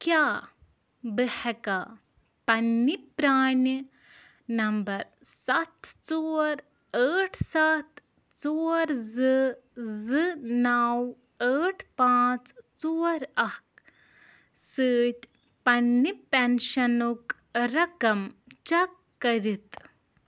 کیٛاہ بہٕ ہٮ۪کا پَنٛنہِ پرٛانہِ نمبر سَتھ ژور ٲٹھ سَتھ ژور زٕ زٕ نَو ٲٹھ پانٛژھ ژور اَکھ سۭتۍ پَنٛنہِ پٮ۪نشَنُک رقم چَک کٔرِتھ